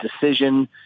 decision